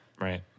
right